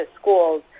schools